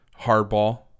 Hardball